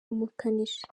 umukanishi